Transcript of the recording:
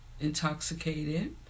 intoxicated